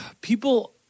people